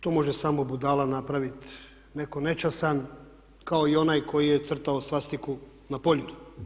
To može samo budala napravit, netko nečastan kao i onaj koji je crtao svastiku na Poljudu.